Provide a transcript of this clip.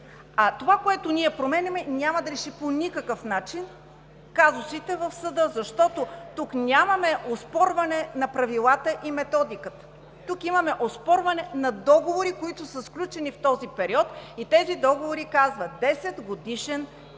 Това, което ние променяме, няма да реши по никакъв начин казусите в съда, защото тук нямаме оспорване на правилата и методиката. Тук имаме оспорване на договорите, които са сключени в този период и тези договори казват: „Десетгодишен е